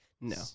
No